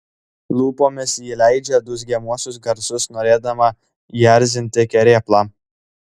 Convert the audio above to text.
lūpomis ji leidžia dūzgiamuosius garsus norėdama įerzinti kerėplą